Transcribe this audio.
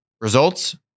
results